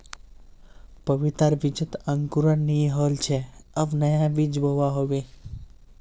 पपीतार बीजत अंकुरण नइ होल छे अब नया बीज बोवा होबे